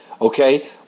Okay